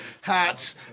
hats